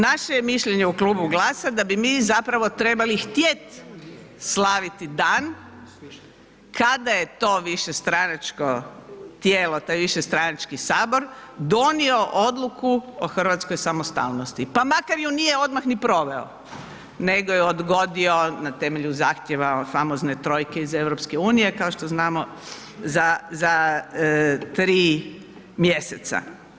Naše je mišljenje u klubu GLAS-a da bi mi zapravo trebali htjeti slaviti dan kada je to višestranačko tijelo, taj višestranački sabor donio odluku o hrvatskoj samostalnosti pa makar ju nije odmah ni proveo nego je odgodio na temelju zahtjeva famozne trojke iz EU, kao što znamo za tri mjeseca.